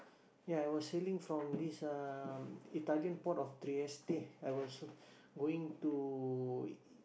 ya I was sailing from this um Italian port of Trieste I was going to